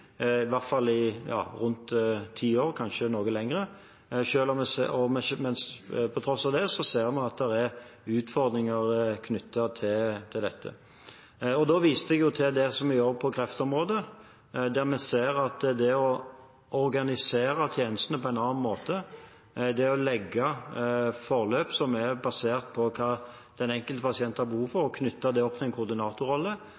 hvert fall i rundt ti år, kanskje noe lenger, og på tross av det ser vi at det er utfordringer knyttet til dette. Da viste jeg til det vi gjør på kreftområdet, der vi ser at det å organisere tjenestene på en annen måte, det å legge forløp som er basert på hva den enkelte pasient har behov for, og knytte det opp mot en koordinatorrolle,